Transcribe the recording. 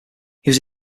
was